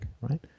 right